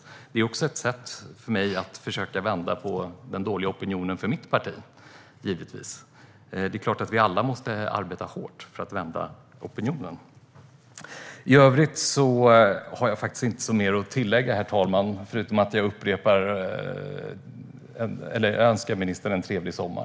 Det är givetvis också ett sätt för mig att försöka vända den dåliga opinionen för mitt parti. Det är klart att vi alla måste arbeta hårt för att vända opinionen. I övrigt har jag inte mer att tillägga, herr talman, förutom att jag önskar ministern en trevlig sommar.